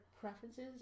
preferences